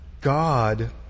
God